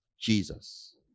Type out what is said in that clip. Jesus